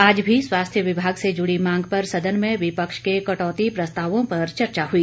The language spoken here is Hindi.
आज भी स्वास्थ्य विभाग से जुड़ी मांग पर सदन में विपक्ष के कटौती प्रस्तावों पर चर्चा हुई